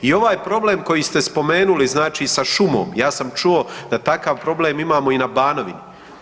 I ovaj problem koji ste spomenuli znači sa šumom, ja sam čuo da takav problem imamo i na Banovini.